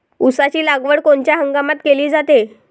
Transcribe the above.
ऊसाची लागवड कोनच्या हंगामात केली जाते?